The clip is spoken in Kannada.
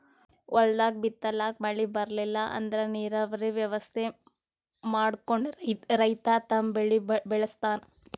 ಹೊಲ್ದಾಗ್ ಬಿತ್ತಲಾಕ್ ಮಳಿ ಬರ್ಲಿಲ್ಲ ಅಂದ್ರ ನೀರಾವರಿ ವ್ಯವಸ್ಥೆ ಮಾಡ್ಕೊಂಡ್ ರೈತ ತಮ್ ಬೆಳಿ ಬೆಳಸ್ತಾನ್